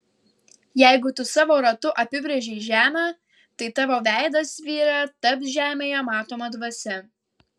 jeigu tu savo ratu apibrėžei žemę tai tavo veidas vyre taps žemėje matoma dvasia